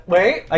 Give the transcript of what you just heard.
Wait